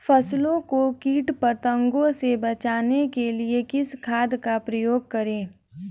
फसलों को कीट पतंगों से बचाने के लिए किस खाद का प्रयोग करें?